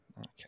Okay